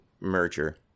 merger